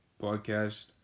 podcast